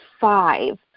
five